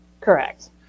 Correct